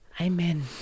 Amen